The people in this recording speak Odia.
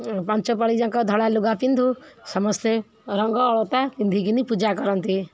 ପାଞ୍ଚ ପାଳିଯାଙ୍କ ଧଳା ଲୁଗା ପିନ୍ଧୁ ସମସ୍ତେ ରଙ୍ଗ ଅଳତା ପିନ୍ଧିକିନି ପୂଜା କରନ୍ତି